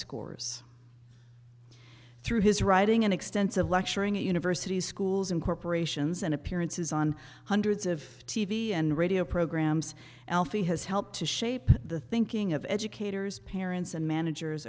scores through his writing and extensive lecturing at universities schools and corporations and appearances on hundreds of t v and radio programs alfie has helped to shape the thinking of educators parents and managers